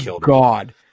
God